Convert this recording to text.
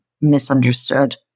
misunderstood